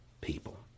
people